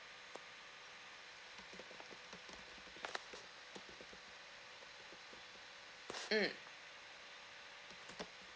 mm